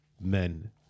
Men